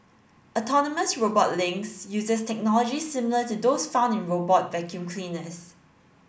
autonomous robot Lynx uses technology similar to those found in robot vacuum cleaners